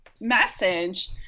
message